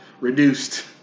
reduced